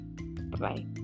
bye-bye